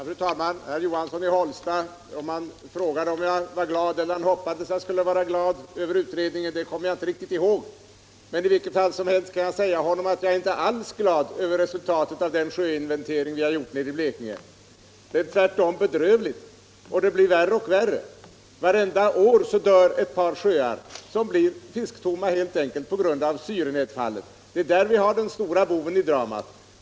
Fru talman! Om herr Johansson i Hållsta frågade ifall jag var glad eller om han hoppades att jag skulle bli glad över utredningen kommer jag inte riktigt ihåg. Men i vilket fall som helst kan jag säga herr Johansson att jag inte alls är glad över resultatet av den sjöinventering som vi har gjort nere i Blekinge. Det är tvärtom bedrövligt, och det blir värre och värre. Vartenda år dör ett par sjöar som blir fisktomma helt enkelt på grund av syranedfallet. Det är där vi har den stora boven i dramat.